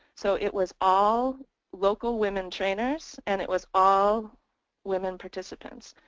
so it was all local women trainers and it was all women participants.